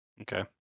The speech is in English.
Okay